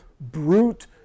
brute